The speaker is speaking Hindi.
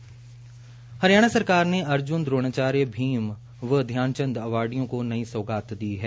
सुशासन दिवस पर हरियाणा सरकार ने अर्जुन द्रोणाचार्य भीम व ध्यानचंद अवार्डियों को नई सोगात दी है